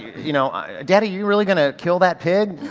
you know, daddy, you really gonna kill that pig?